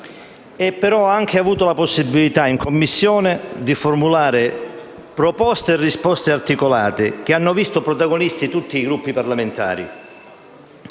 però ha anche offerto la possibilità in Commissione di formulare proposte e risposte articolate, che hanno visto protagonisti tutti i Gruppi parlamentari.